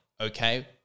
Okay